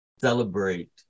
celebrate